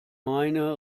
meine